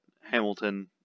Hamilton